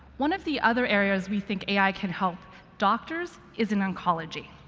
one of the other areas we think ai can help doctors is in oncology.